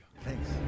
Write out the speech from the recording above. Thanks